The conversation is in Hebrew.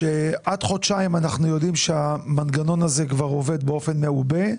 שעד חודשיים אנחנו יודעים שהמנגנון הזה כבר עובד באופן מעובה.